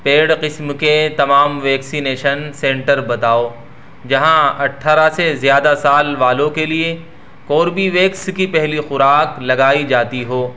paid قسم کے تمام ویکسینیشن سینٹر بتاؤ جہاں اٹھارہ سے زیادہ سال والوں کے لیے کوربیویکس کی پہلی خوراک لگائی جاتی ہو